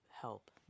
help